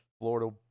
Florida